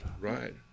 Right